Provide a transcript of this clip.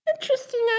Interesting